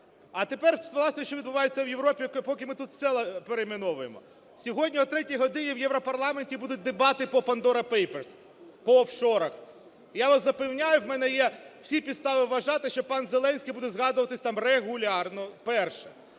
А тепер ситуація, що відбувається у Європі, поки ми тут села перейменовуємо. Сьогодні о третій годині у Європарламенті будуть дебати по Pandora Papers, по офшорах. Я вас запевняю, у мене є всі підстави вважати, що пан Зеленський буде згадуватися там регулярно. Перше.